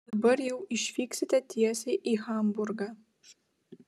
dabar jau išvyksite tiesiai į hamburgą